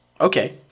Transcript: Okay